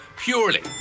purely